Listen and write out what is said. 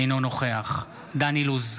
אינו נוכח דן אילוז,